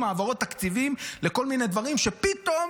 60 העברות תקציבים לכל מיני דברים שפתאום